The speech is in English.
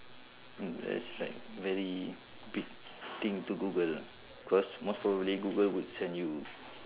mm that's like very big thing to google cause most probably Google would send you